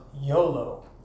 YOLO